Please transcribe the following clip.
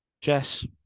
Jess